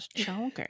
Okay